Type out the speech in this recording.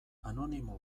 anonimo